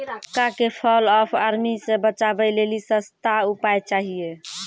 मक्का के fall of army से बचाबै लेली सस्ता उपाय चाहिए?